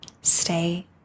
stay